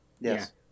yes